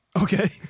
Okay